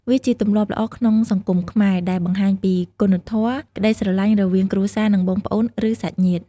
វាជាទម្លាប់ល្អក្នុងសង្គមខ្មែរ ដែលបង្ហាញពីគុណធម៌ ក្តីស្រឡាញ់រវាងគ្រួសារនិង បងប្អូនឬសាច់ញាតិ។